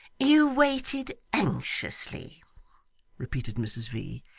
you waited anxiously repeated mrs v.